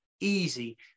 easy